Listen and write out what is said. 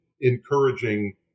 encouraging